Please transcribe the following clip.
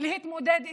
להתמודד איתה,